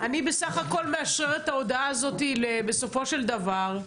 אני בסך הכל מאשררת את ההודעה הזאת בסופו של דבר.